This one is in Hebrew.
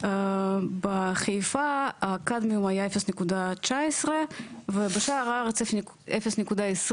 בחיפה קדמיום הי 0.19 ובשאר הארץ 0.20,